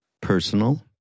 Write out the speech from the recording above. personal